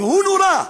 והוא נורה,